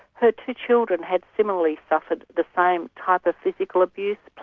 her two children had similarly suffered the same type of physical abuse,